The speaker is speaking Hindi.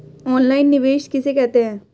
ऑनलाइन निवेश किसे कहते हैं?